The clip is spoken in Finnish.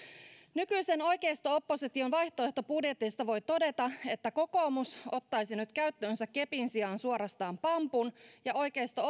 nykyisen oikeisto opposition vaihtoehtobudjeteista voi todeta että kokoomus ottaisi nyt käyttöönsä kepin sijaan suorastaan pampun ja oikeisto